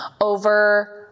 over